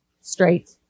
straight